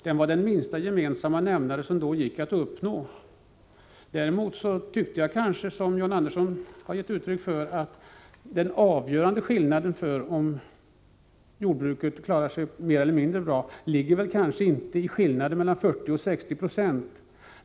Det var den minsta gemensamma nämnare som då gick att uppnå. Däremot tyckte jag kanske — och det är en uppfattning som även John Andersson har gett uttryck för — att det avgörande för om jordbruket klarar sig mer eller mindre bra inte ligger i skillnaden mellan 40 och 60 26.